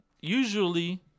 usually